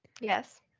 Yes